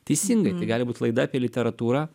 teisingai tai gali būt laida apie literatūrą